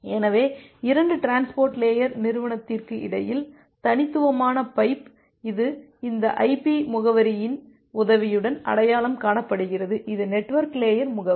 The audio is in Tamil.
எனவே 2 டிரான்ஸ்போர்ட் லேயர் நிறுவனத்திற்கு இடையில் தனித்துவமான பைப் இது இந்த ஐபி முகவரியின் உதவியுடன் அடையாளம் காணப்படுகிறது இது நெட்வொர்க் லேயர் முகவரி